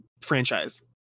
franchise